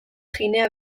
ginea